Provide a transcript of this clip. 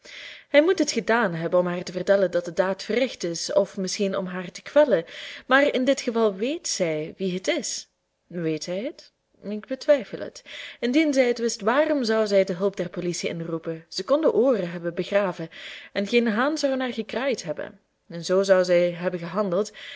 hij moet het gedaan hebben om haar te vertellen dat de daad verricht is of misschien om haar te kwellen maar in dit geval weet zij wie het is weet zij het ik betwijfel het indien zij het wist waarom zou zij de hulp der politie inroepen zij kon de ooren hebben begraven en geen haan zou er naar gekraaid hebben zoo zou zij hebben gehandeld